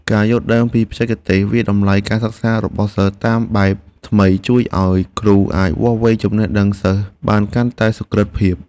ការយល់ដឹងពីបច្ចេកទេសវាយតម្លៃការសិក្សារបស់សិស្សតាមបែបថ្មីជួយឱ្យគ្រូអាចវាស់វែងចំណេះដឹងសិស្សបានកាន់តែសុក្រឹតភាព។